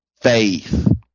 faith